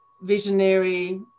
visionary